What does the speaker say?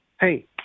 Hey